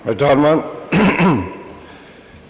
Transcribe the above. Herr talman!